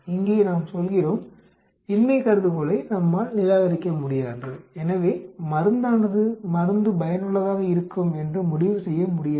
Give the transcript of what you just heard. இங்கே நாம் சொல்கிறோம் இன்மை கருதுகோளை நம்மால் நிராகரிக்க முடியாது எனவே மருந்தானது மருந்து பயனுள்ளதாக இருக்கும் என்று முடிவு செய்ய முடியாது